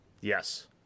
Yes